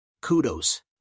Kudos